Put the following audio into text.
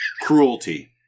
Cruelty